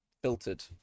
Filtered